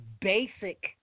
basic